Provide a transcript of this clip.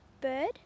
bird